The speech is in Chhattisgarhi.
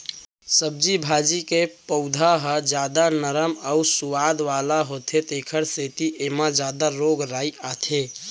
सब्जी भाजी के पउधा ह जादा नरम अउ सुवाद वाला होथे तेखर सेती एमा जादा रोग राई आथे